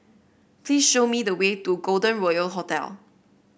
please show me the way to Golden Royal Hotel